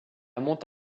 monte